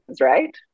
right